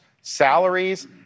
salaries